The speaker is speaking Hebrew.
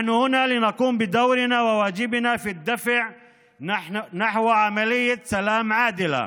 אנחנו פה כדי למלא את תפקידנו וחובתנו לקדם תהליך שלום צודק,